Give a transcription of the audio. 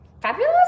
fabulous